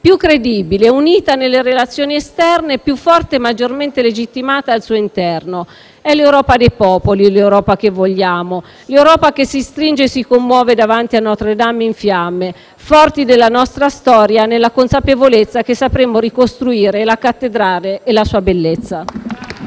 più credibile e unita nelle relazioni esterne, più forte e maggiormente legittimata al suo interno. È l'Europa dei popoli l'Europa che vogliamo. L'Europa che si stringe e si commuove davanti a Notre-Dame in fiamme. Forti della nostra storia, nella consapevolezza che sapremo ricostruire la cattedrale e la sua bellezza.